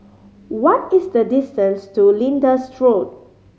what is the distance to Lyndhurst Road